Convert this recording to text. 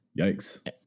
Yikes